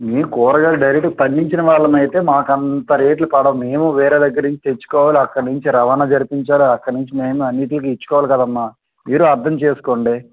మేము కూరగాయలు డైరెక్టుగా పండించిన వాళ్ళం అయితే మాకు అంత రేట్లు కాదనం మేము వేరే దగ్గర నుంచి తెచ్చుకోవాలి అక్కడ నుంచి రవాణా జరిపించాలి అక్కడ నుంచి మేము అన్నింటికి ఇచ్చుకోవాలి కదమ్మ మీరు అర్థం చేసుకోండి